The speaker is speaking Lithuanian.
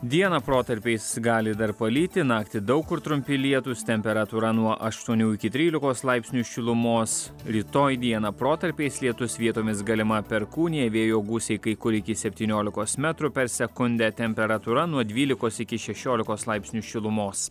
dieną protarpiais gali dar palyti naktį daug kur trumpi lietūs temperatūra nuo aštuonių iki trylikos laipsnių šilumos rytoj dieną protarpiais lietus vietomis galima perkūnija vėjo gūsiai kai kur iki septyniolikos metrų per sekundę temperatūra nuo dvylikos iki šešiolikos laipsnių šilumos